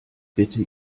bitte